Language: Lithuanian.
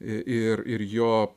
ir ir jo